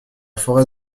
forêt